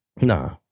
No